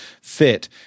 fit